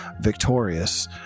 victorious